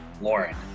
Lauren